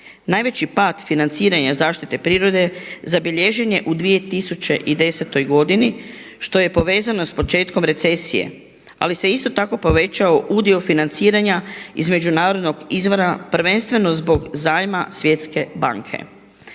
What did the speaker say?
Najveći pad financiranja zaštite prirode zabilježen je u 2010. godini što je povezano s početkom recesije, ali se isto tako povećao udio financiranja između …/Govornica se ne razumije./… prvenstveno zbog zajma Svjetske banke.